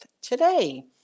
today